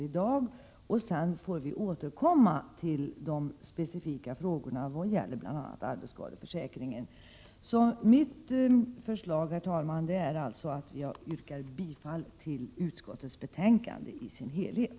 Vi får sedan återkomma till de specifika frågorna, t.ex. frågan om arbetsskadeförsäkringen. Jag yrkar därför, herr talman, bifall till utskottets hemställan i betänkandet.